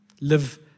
live